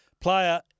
player